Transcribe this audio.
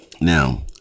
Now